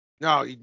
No